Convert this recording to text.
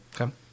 Okay